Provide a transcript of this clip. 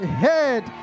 head